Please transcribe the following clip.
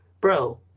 bro